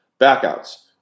backouts